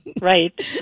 right